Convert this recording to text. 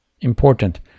important